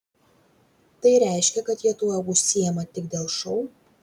tai reiškia kad jie tuo užsiima tik dėl šou